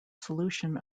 solution